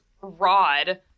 rod